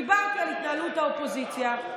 דיברתי על התנהלות האופוזיציה,